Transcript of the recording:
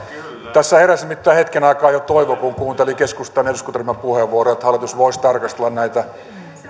tässä heräsi nimittäin hetken aikaa jo toivo kun kuunteli keskustan eduskuntaryhmän puheenvuoroa että hallitus voisi tarkastella näitä